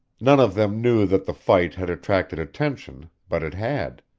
none of them knew that the fight had attracted attention, but it had.